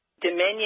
Dominion